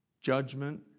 judgment